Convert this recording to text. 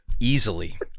Easily